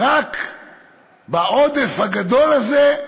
רק בעודף הגדול הזה,